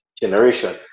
generation